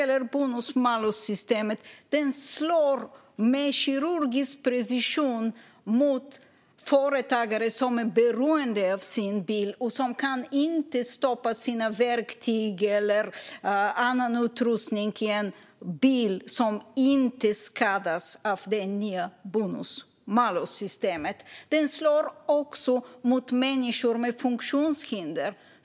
Bonus-malus-systemet slår med kirurgisk precision mot företagare som är beroende av sin bil. De kan inte stoppa sina verktyg eller annan utrustning i en bil som inte skadas av det nya bonus-malus-systemet. Det slår också mot människor med funktionshinder.